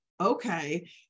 Okay